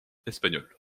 espagnole